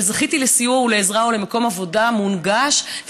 אבל זכיתי לסיוע ולעזרה ולמקום עבודה מונגש,